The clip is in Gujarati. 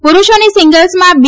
પુરૂષોની સિંગલ્સમાં બી